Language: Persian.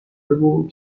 بگو